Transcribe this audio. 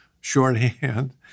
shorthand